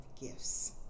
gifts